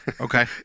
Okay